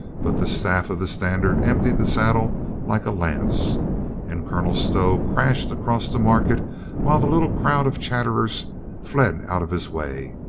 but the staff of the standard emptied the sad dle like a lance and colonel stow crashed across the market while the little crowds of chatterers fled out of his way.